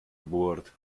board